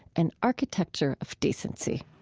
an architecture of decency.